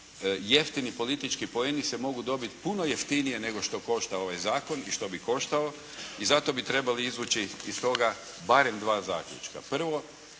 jeftini politički poeni se mogu dobiti puno jeftinije nego što košta ovaj zakon i što bi koštao i zato bi trebali izvući iz toga barem dva zaključka.